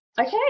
Okay